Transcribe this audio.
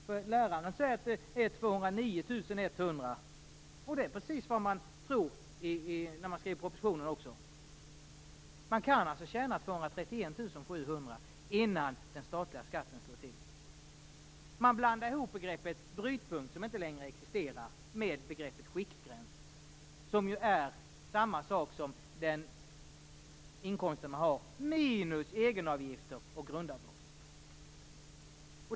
Läraren säger att det är 209 100 kr. Det är precis vad man tror i propositionen också. Det går alltså att tjäna 231 700 kr innan den statliga skatten slår till. Man blandar ihop begreppet brytpunkt, som inte längre existerar, med begreppet skiktgräns - som ju är samma sak som den inkomst man har minus egenavgifter och grundavdrag.